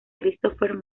christopher